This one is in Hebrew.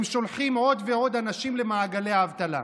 הם שולחים עוד ועוד אנשים למעגלי האבטלה.